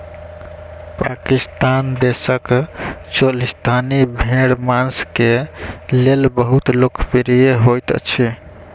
पाकिस्तान देशक चोलिस्तानी भेड़ मांस के लेल बहुत लोकप्रिय होइत अछि